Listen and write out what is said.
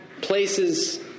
places